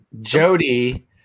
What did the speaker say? Jody